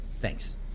Thanks